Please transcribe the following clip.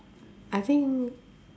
I think